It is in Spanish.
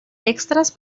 extras